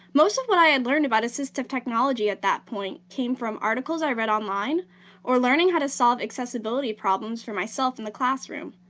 most of what i had learned about assistive technology at that point came from articles i read online or learning how to solve accessibility problems for myself in the classroom.